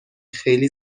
خیلی